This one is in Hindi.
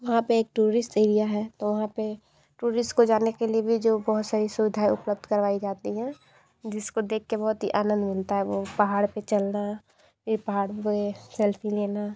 वहाँ पे एक टूरिस्ट एरिया है तो वहाँ पे टूरिस्ट को जाने के लिए भी जो बहुत सही सुविधाएँ उपलब्ध करवाई जाती हैं जिसको देख के बहुत ही आनंद मिलता है वो पहाड़ पे चलना है ये पहाड़ पे सेल्फी लेना